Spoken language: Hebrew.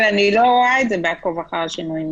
אבל אני לא רואה את זה ב"עקוב אחר שינויים",